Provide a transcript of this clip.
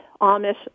Amish